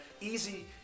easy